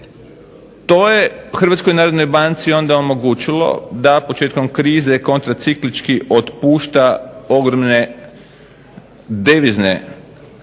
To je Hrvatskoj narodnoj banci onda omogućilo da početkom krize kontraciklički otpušta ogromne devizne,